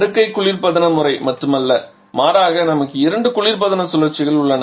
அடுக்கை குளிர்பதன முறை மட்டுமல்ல மாறாக நமக்கு இரண்டு குளிர்பதன சுழற்சிகள் உள்ளன